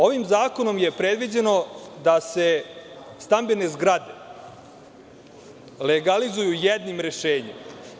Ovim zakonom je predviđeno da se stambene zgrade legalizuju jednim rešenjem.